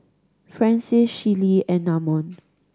Francies Shelli and Namon